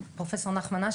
פרופ' נחמן אש,